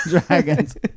dragons